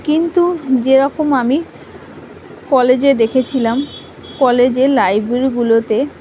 কিন্তু যেরকম আমি কলেজে দেখেছিলাম কলেজের লাইব্রেরিগুলোতে